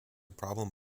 problem